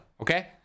Okay